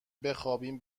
بخوابیم